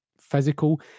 physical